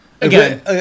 Again